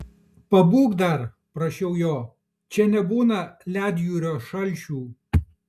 pabūk dar prašiau jo čia nebūna ledjūrio šalčių